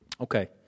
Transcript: Okay